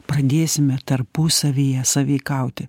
pradėsime tarpusavyje sąveikauti